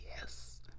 yes